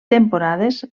temporades